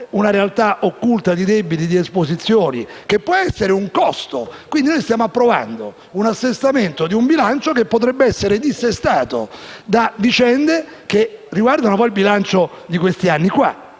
una realtà occulta di debiti, di esposizioni, che può essere un costo? Quindi, stiamo approvando l'assestamento di un bilancio che potrebbe essere dissestato da vicende che riguardano il bilancio di questi anni.